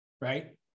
Right